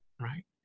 right